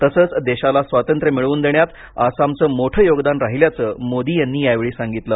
तसंच देशाला स्वातंत्र्य मिळवून देण्यात आसामच मोठं योगदान राहिल्याच मोदी यांनी यावेळी सांगितलं